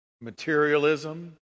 materialism